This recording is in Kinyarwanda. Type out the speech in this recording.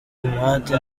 umuhate